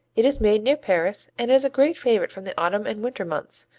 it is made near paris and is a great favorite from the autumn and winter months,